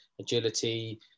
agility